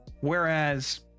whereas